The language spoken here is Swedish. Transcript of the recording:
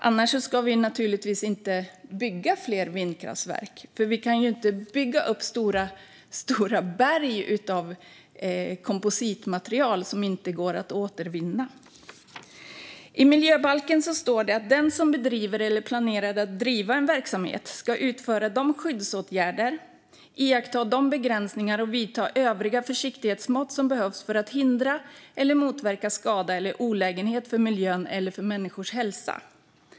Annars ska vi naturligtvis inte bygga fler vindkraftverk, för vi kan inte bygga upp stora berg av kompositmaterial som inte går att återvinna. I miljöbalken står det att den som bedriver eller planerar att bedriva en verksamhet ska utföra de skyddsåtgärder, iaktta de begränsningar och vidta övriga försiktighetsmått som behövs för att hindra eller motverka skada eller olägenhet för miljön eller för människors hälsa.